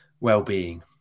well-being